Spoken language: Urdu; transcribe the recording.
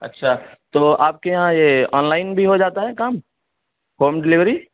اچھا تو آپ کے یہاں یہ آن لائن بھی ہوجاتا ہے کام ہوم ڈلیوری